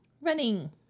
Running